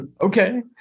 Okay